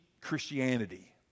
Christianity